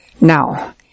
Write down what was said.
Now